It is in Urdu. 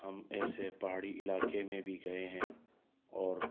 ہم ایسے پہاڑی علاقے میں بھی گئے ہیں اور